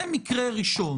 זה מקרה ראשון.